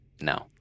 no